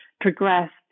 progressed